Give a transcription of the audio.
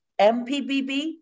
MPBB